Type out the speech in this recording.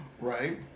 Right